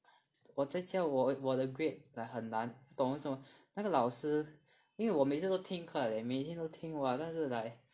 我在家我我的 grade like 很难不懂为什么那个老师因为我每次都听课 leh 每天都听 !wah! 但是 like